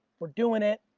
we're doing it.